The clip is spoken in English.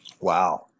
wow